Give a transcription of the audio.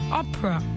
opera